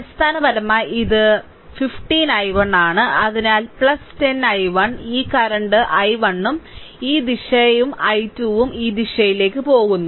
അടിസ്ഥാനപരമായി ഇത് 15 i1 ആണ് അതിനാൽ 10 i1 ഈ കറന്റ് i1 ഈ ദിശയും i2 ഈ ദിശയിലേക്ക് പോകുന്നു